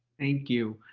thank you.